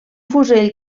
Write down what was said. fusell